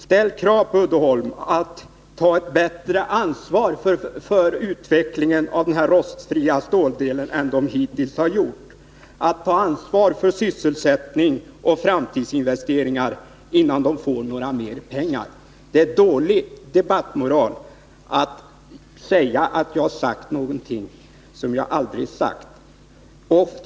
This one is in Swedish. Ställ krav på Uddeholm att ta ett bättre ansvar för utvecklingen av den rostfria ståldelen än vad företaget hittills har gjort; att ta ansvar för sysselsättning och framtidsinvesteringar, innan de får några mer pengar! Det är dålig debattmoral att påstå att jag har sagt någonting som jag aldrig yttrat.